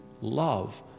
love